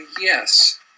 Yes